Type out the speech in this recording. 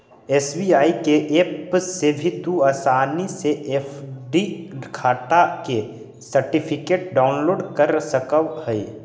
SBI के app से भी तू आसानी से एफ.डी खाटा के सर्टिफिकेट डाउनलोड कर सकऽ हे